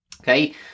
okay